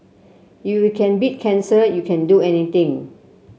if you can beat cancer you can do anything